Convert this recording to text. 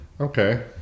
okay